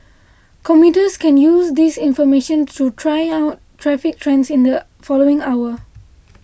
commuters can use this information to try out traffic trends in the following hour